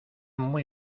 muy